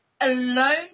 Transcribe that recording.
alone